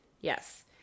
yes